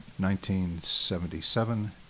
1977